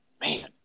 man